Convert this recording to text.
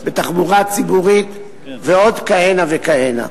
בתחבורה ציבורית ועוד כהנה וכהנה.